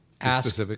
Ask